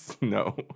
No